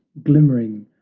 glimmering,